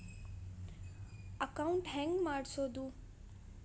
Account ಹೆಂಗ್ ಮಾಡ್ಸೋದು?